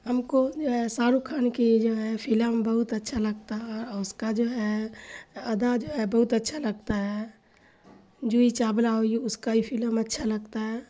ہم کو جو ہے شاہ رخ خان کی جو ہے فلم بہت اچھا لگتا ہے اس کا جو ہے ادا جو ہے بہت اچھا لگتا ہے جوہی چاولہ ہوئی اس کا بھی فلم اچھا لگتا ہے